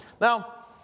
Now